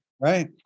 Right